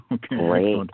Great